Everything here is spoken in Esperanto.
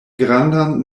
grandan